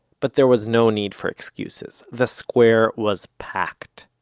but there was no need for excuses. the square was packed.